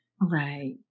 Right